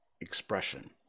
expression